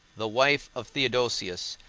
the wife of theodosius,